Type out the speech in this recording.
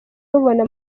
rubona